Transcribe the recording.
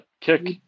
kick